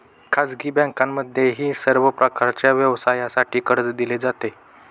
खाजगी बँकांमध्येही सर्व प्रकारच्या व्यवसायासाठी कर्ज दिले जाते